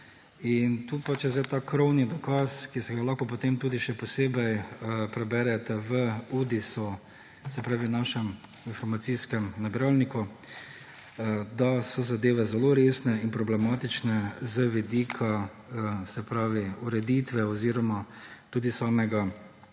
sporna. Tu je zdaj ta krovni dokaz, ki si ga lahko potem še posebej preberete v Udisu, našem informacijskem nabiralniku, da so zadeve zelo resne in problematične z vidika ureditve oziroma samega